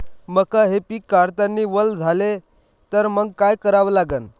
मका हे पिक काढतांना वल झाले तर मंग काय करावं लागन?